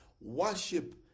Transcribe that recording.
Worship